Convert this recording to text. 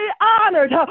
honored